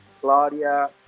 Claudia